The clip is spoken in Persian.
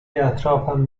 اطرافم